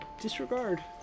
disregard